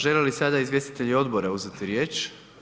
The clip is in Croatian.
Žele li sada izvjestitelji odbora uzeti riječ?